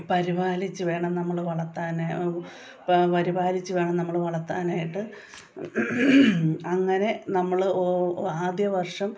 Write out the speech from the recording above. പരിപാലിച്ചു വേണം നമ്മൾ വളർത്താൻ പരിപാലിച്ചു വേണം നമ്മൾ വളത്താനായിട്ട് അങ്ങനെ നമ്മൾ ഓ ആദ്യവർഷം